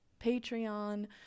Patreon